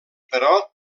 però